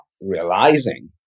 realizing